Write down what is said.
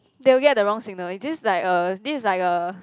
they will get the wrong signal if this is like a this is like a